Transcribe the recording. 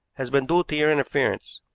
has been due to your interference,